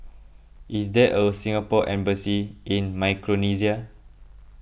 is there a Singapore Embassy in Micronesia